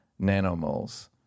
nanomoles